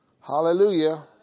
Hallelujah